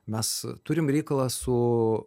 mes turim reikalą su